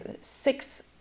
six